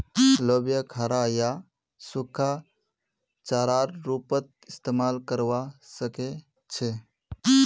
लोबियाक हरा या सूखा चारार रूपत इस्तमाल करवा सके छे